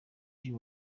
lil